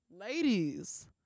ladies